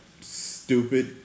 stupid